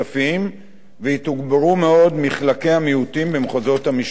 ויתוגברו מאוד מחלקי המיעוטים במחוזות המשטרה.